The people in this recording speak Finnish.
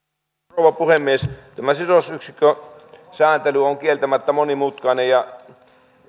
rouva puhemies tämä sidosyksikkösääntely on kieltämättä monimutkainen ja